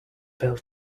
built